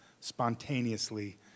spontaneously